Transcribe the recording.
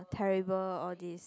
terrible all these